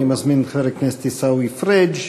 אני מזמין את חבר הכנסת עיסאווי פריג',